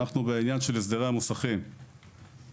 אנחנו בעניין של הסדרי המוסכים --- והחלפים.